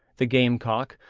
the gamecock,